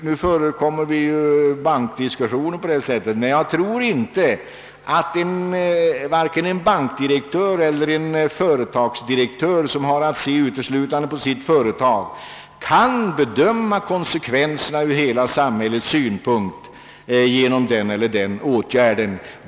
Nu förekommer det ju diskussioner av det slaget inom bankvärlden, men jag tror för min del att varken en bankdirektör eller en företagsdirektör, som har att se uteslutade på sitt eget företag, kan bedöma konsekvenserna av den ena eller andra åtgärden ur hela samhällets synpunkt.